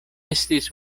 estis